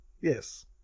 yes